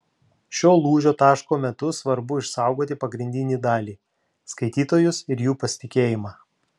šiuo lūžio taško metu svarbu išsaugoti pagrindinį dalį skaitytojus ir jų pasitikėjimą